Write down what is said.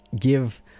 give